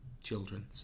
children